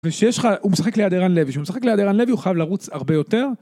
ושיש לך, הוא משחק ליד ערן לוי, ושהוא משחק ליד ערן לוי הוא חייב לרוץ הרבה יותר.